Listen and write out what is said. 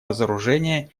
разоружения